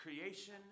creation